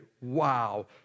wow